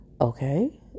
okay